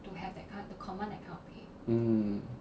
mm